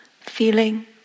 feeling